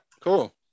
cool